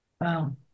Wow